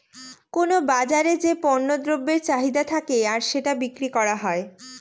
কোনো বাজারে যে পণ্য দ্রব্যের চাহিদা থাকে আর সেটা বিক্রি করা হয়